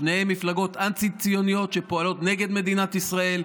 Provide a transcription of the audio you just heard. שתיהן מפלגות אנטי-ציוניות שפועלות נגד מדינת ישראל,